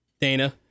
Dana